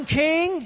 king